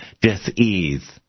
dis-ease